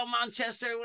Manchester